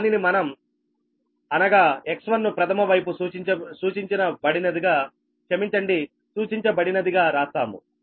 దానిని మనం అనగా X1 ను ప్రధమ వైపు సూచించబడినదిగా రాస్తాము